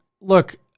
look